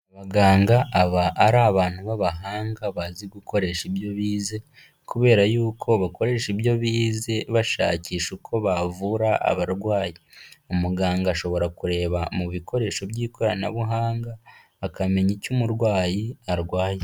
Abaganga aba ari abantu b'abahanga bazi gukoresha ibyo bize, kubera yuko bakoresha ibyo bize bashakisha uko bavura abarwayi, umuganga ashobora kureba mu bikoresho by'ikoranabuhanga, akamenya icyo umurwayi arwaye.